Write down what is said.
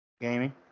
Gaming